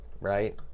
Right